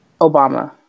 Obama